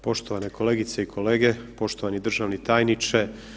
Poštovane kolegice i kolege, poštovani državni tajniče.